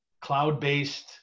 cloud-based